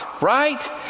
right